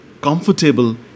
comfortable